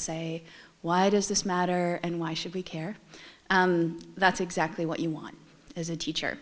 say why does this matter and why should we care that's exactly what you want as a teacher